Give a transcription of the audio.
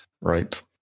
right